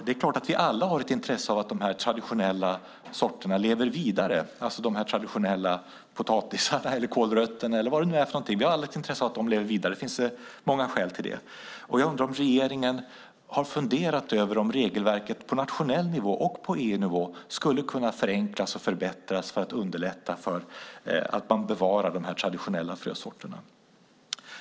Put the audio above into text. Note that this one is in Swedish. Vi har alla ett intresse av att de traditionella potatisarna och kålrötterna kommer att finnas kvar. Det finns många skäl till det. Har regeringen funderat över om regelverket på nationell nivå och på EU-nivå skulle kunna förenklas och förbättras för att underlätta bevarandet av de traditionella frösorterna?